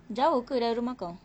jauh ke dari rumah kau